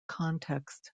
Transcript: context